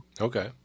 Okay